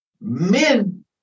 Men